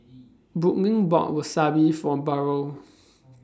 Brooklynn bought Wasabi For Burrel